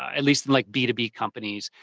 at least in like b two b companies,